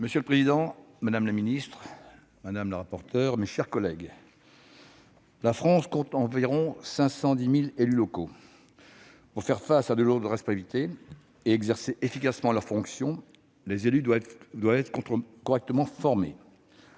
Monsieur le président, madame la ministre, mes chers collègues, la France compte environ 510 000 élus locaux. Pour faire face à leurs lourdes responsabilités et exercer efficacement leurs fonctions, les élus doivent être correctement formés.